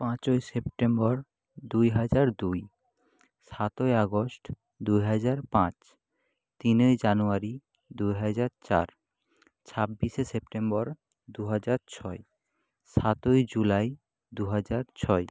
পাঁচই সেপ্টেম্বর দুই হাজার দুই সাতই আগস্ট দুই হাজার পাঁচ তিনেই জানুয়ারি দুই হাজার চার ছাব্বিশে সেপ্টেম্বর দু হাজার ছয় সাতই জুলাই দু হাজার ছয়